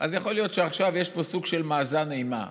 אז יכול להיות שעכשיו יש פה סוג של מאזן אימה.